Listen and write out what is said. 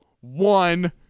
one